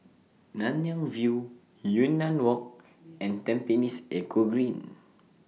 Nanyang View Yunnan Walk and Tampines Eco Green